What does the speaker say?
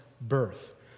birth